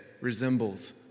resembles